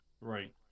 Right